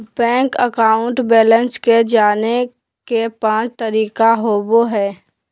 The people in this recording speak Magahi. बैंक अकाउंट बैलेंस के जाने के पांच तरीका होबो हइ